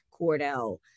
Cordell